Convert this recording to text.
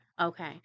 Okay